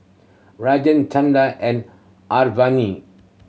Rajan Chanda and